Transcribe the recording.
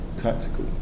tactical